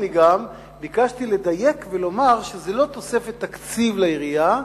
גם ביקשתי לדייק ולומר שזה לא תוספת תקציב לעירייה,